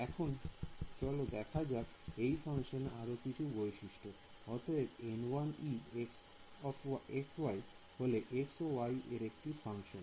এখন চলো দেখা যাক এই ফাংশানের আরো কিছু বৈশিষ্ট্য অতএব হল x ও y এর একটি ফাংশন